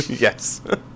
Yes